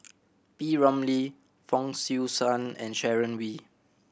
P Ramlee Fong Swee Suan and Sharon Wee